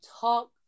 talk